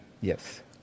Yes